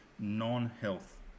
non-health